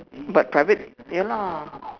but private ya lah